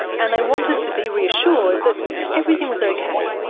and they wanted to be reassured that everything was okay.